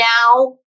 now